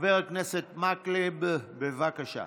חבר הכנסת מקלב, בבקשה.